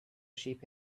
sheep